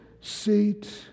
seat